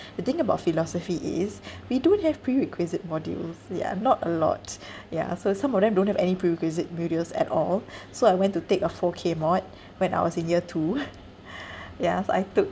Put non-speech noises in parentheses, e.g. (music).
the thing about philosophy is we don't have prerequisite modules ya not a lot ya so some of them don't have any prerequisite modules at all so I went to take a four K mod when I was in year two (laughs) ya so I took